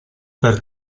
per